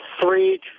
three